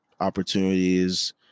opportunities